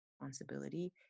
responsibility